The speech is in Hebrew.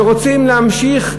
שרוצים להמשיך,